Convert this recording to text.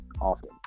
often